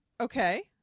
Okay